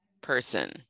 person